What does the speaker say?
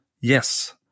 yes